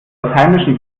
heimischen